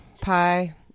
pie